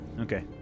Okay